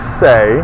say